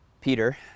Peter